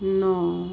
ਨੌਂ